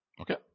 Okay